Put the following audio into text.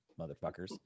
motherfuckers